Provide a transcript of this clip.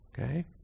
Okay